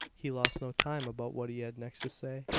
he lost no time about what he had next to say.